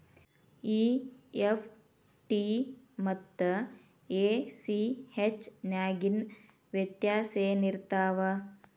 EFT ಮತ್ತ ACH ನ್ಯಾಗಿನ್ ವ್ಯೆತ್ಯಾಸೆನಿರ್ತಾವ?